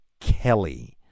Kelly